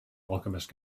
alchemist